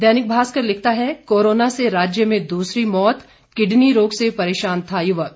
दैनिक भास्कर लिखता है कोरोना से राज्य में दूसरी मौत किडनी रोग से परेशान था युवक